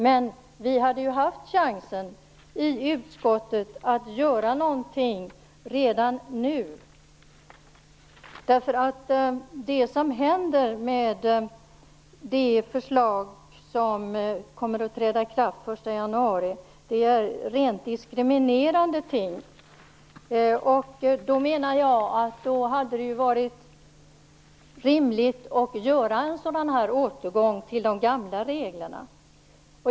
Men vi hade möjlighet att i utskottet göra något redan nu. Det som händer med det förslag som kommer att träda i kraft den 1 januari är rent diskriminerande ting. Jag menar att det då hade varit rimligt att göra en återgång till de gamla reglerna.